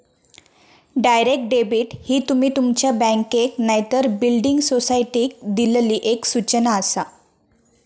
direct debit ही तुमी तुमच्या बँकेक नायतर बिल्डिंग सोसायटीक दिल्लली एक सूचना आसा